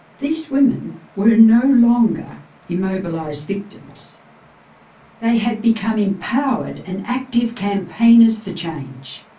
these women were no longer immobilized victims they had become empowered and active campaigners for change.